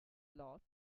lot